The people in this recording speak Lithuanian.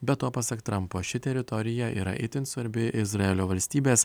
be to pasak trampo ši teritorija yra itin svarbi izraelio valstybės